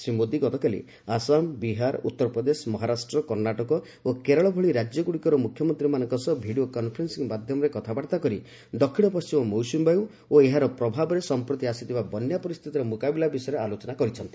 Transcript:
ଶ୍ରୀ ମୋଦି ଗତକାଲି ଆସାମ୍ ବିହାର ଉତ୍ତର ପ୍ରଦେଶ ମହାରାଷ୍ଟ୍ର କର୍ଷାଟକ ଓ କେରଳ ଭଳି ରାଜ୍ୟଗୁଡ଼ିକର ମୁଖ୍ୟମାନ୍ତ୍ରୀମାନଙ୍କ ସହ ଭିଡ଼ିଓ କନ୍ଫରେନ୍ସିଂ ମାଧ୍ୟମରେ କଥାବାର୍ତ୍ତା କରି ଦକ୍ଷିଣ ପଣ୍ଟିମ ମୌସୁମୀ ବାୟୁ ଓ ଏହାର ପ୍ରଭାବରେ ସମ୍ପ୍ରତି ଆସିଥିବା ବନ୍ୟା ପରିସ୍ଥିତିର ମୁକାବିଲା ବିଷୟରେ ଆଲୋଚନା କରିଛନ୍ତି